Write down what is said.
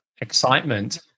excitement